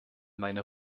meiner